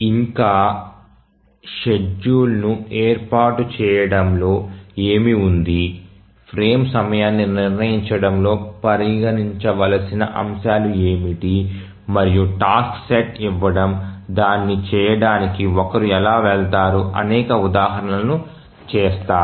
ఇంకా షెడ్యూల్ను ఏర్పాటు చేయడంలో ఏమి ఉంది ఫ్రేమ్ సమయాన్ని నిర్ణయించడంలో పరిగణించవలసిన అంశాలు ఏమిటి మరియు టాస్క్ సెట్ ఇవ్వడం దాన్ని చేయడానికి ఒకరు ఎలా వెళ్తారు అనేక ఉదాహరణలు చేస్తారు